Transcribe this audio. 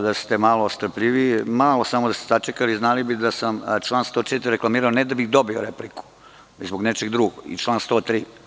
Da ste malo strpljiviji i da ste malo samo sačekali, znali bi da sam član 104. reklamirao, ne da bih dobio repliku, nego zbog nečeg drugog, kao i član 103.